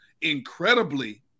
incredibly